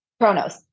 Chronos